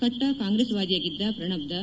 ಕಟ್ನಾ ಕಾಂಗ್ರೆಸ್ವಾದಿಯಾಗಿದ್ದ ಪ್ರಣಬ್ದಾ